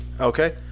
Okay